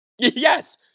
Yes